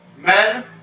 men